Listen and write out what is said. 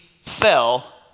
fell